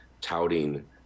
touting